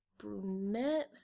brunette